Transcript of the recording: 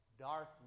darkness